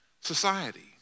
society